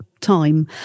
time